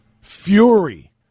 Fury